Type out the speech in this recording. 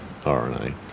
RNA